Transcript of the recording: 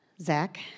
Zach